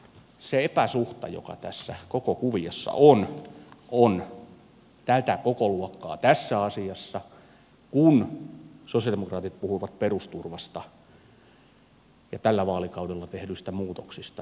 se epäsuhta joka tässä koko kuviossa on on tätä kokoluokkaa tässä asiassa kun sosialidemokraatit puhuvat perusturvasta ja tällä vaalikaudella tehdyistä muutoksista